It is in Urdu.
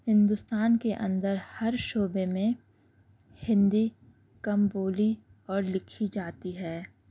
ہندوستان کے اندر ہر شعبے میں ہندی کم بولی اور لکھی جاتی ہے